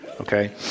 Okay